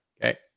Okay